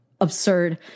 absurd